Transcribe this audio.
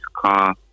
car